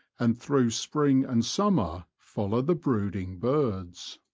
and through spring and summer follow the brooding birds.